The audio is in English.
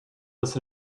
this